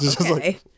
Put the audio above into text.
Okay